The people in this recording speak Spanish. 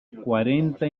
cuarenta